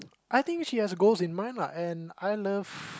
I think she has her goals in mind lah and I love